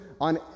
on